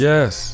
Yes